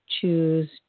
choose